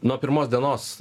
nuo pirmos dienos